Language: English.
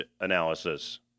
analysis